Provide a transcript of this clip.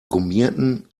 gummierten